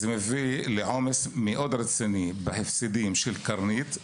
זה מביא לעומס מאוד רציני בהפסדים של קרנית,